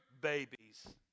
babies